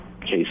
case